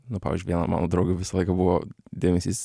nu pavyzdžiui vienam mano draugui visą laiką buvo dėmesys